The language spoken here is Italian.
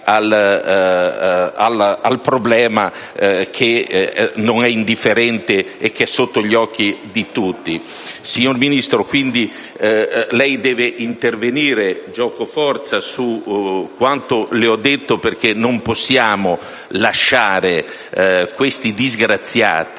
Signora Ministro, lei deve intervenire su quanto le ho detto, perché non possiamo lasciare questi disgraziati